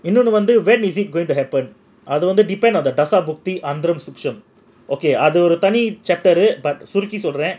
you know no wonder when is it going to happen அது வந்து:adhu vanthu depends on the அது ஒரு தனி:adhu oru thani okay சுருக்கி சொல்றேன்:surukki solraen